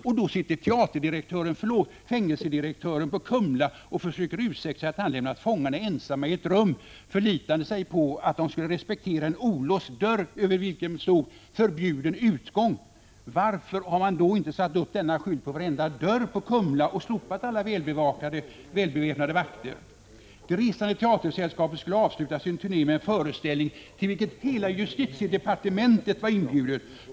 Och då sitter teaterdirektören, förlåt, fängelsedirektören på Kumla, och försöker ursäkta sig med att han lämnat fångarna ensamma i ett rum, förlitande sig på att de skulle respektera en olåst dörr, över vilken stod FÖRBJUDEN UTGÅNG! Varför har man då inte satt upp denna skylt över varenda dörr på Kumla och slopat alla välbeväpnade vakter? Det resande teatersällskapet skulle avsluta sin turné med en föreställning, till vilken hela justitiedepartementet var inbjudet.